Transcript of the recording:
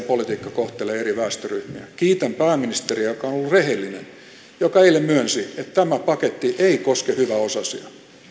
politiikkanne kohtelee eri väestöryhmiä kiitän pääministeriä joka on ollut rehellinen joka eilen myönsi että tämä paketti ei koske hyväosaisia